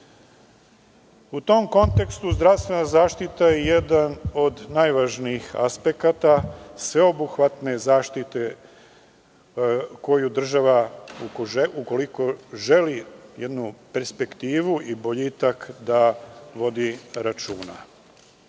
U tom kontekstu, zdravstvena zaštita je jedan od najvažnijih aspekata, sveobuhvatne zaštite koju država, ukoliko želi jednu perspektivu i boljitak da vodi